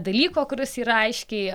dalyko kuris yra aiškiai